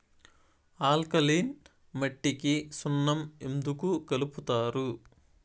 alkaline మట్టికి సున్నం ఎందుకు కలుపుతారు